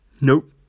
Nope